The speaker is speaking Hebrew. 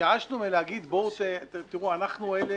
התייאשנו מלהגיד: בואו, תראו, אנחנו אלה